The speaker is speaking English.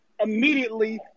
immediately